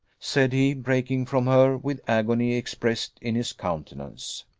said he, breaking from her with agony expressed in his countenance.